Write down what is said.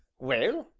well,